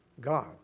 God